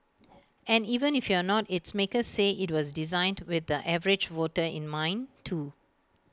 and even if you're not its makers say IT was designed with the average voter in mind too